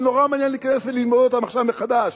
שנורא מעניין להיכנס וללמוד אותם עכשיו מחדש.